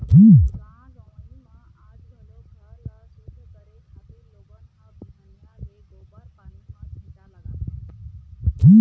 गाँव गंवई म आज घलोक घर ल सुद्ध करे खातिर लोगन ह बिहनिया ले गोबर पानी म छीटा लगाथे